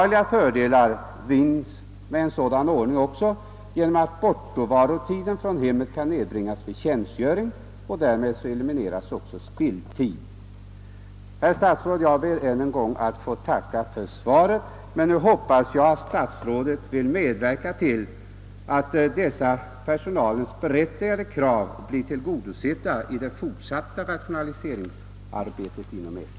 En sådan ordning medför även påtagliga fördelar på så sätt, att bortovaron från hemmet vid tjänstgöring kan nedbringas, och därmed elimineras också spilltid. Herr statsråd! Jag ber ännu en gång att få tacka för svaret, men hoppas att statsrådet vill medverka till att dessa berättigade personalkrav blir tillgodosedda vid det fortsatta rationaliseringsarbetet inom SJ.